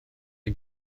chi